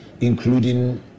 including